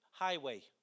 highway